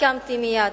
הסכמתי מייד.